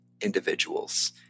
individuals